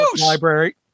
library